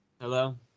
Hello